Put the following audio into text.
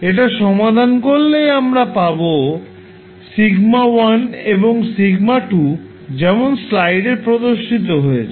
এটা সমাধান করলেই আমরা পাবো σ1 এবং σ2 যেমন স্লাইডে প্রদর্শিত হয়েছে